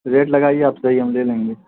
rate لگائیے آپ صحیح ہم لے لیں گے